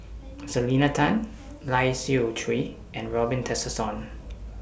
Selena Tan Lai Siu Chiu and Robin Tessensohn